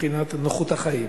מבחינת נוחות החיים.